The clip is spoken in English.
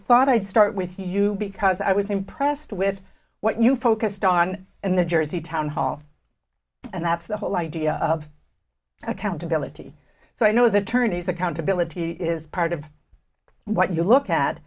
thought i'd start with you because i was impressed with what you focused on in the jersey town hall and that's the whole idea of accountability so i know as attorneys accountability is part of what you look at